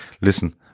Listen